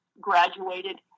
graduated